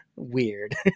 Weird